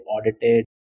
audited